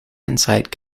inside